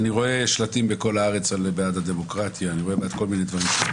אני רואה שלטים בכל הארץ על "בעד הדמוקרטיה" וכל מי דברים.